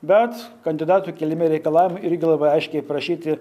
bet kandidatui keliami reikalavimai irgi labai aiškiai aprašyti